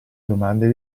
domande